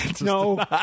no